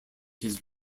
his